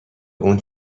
اون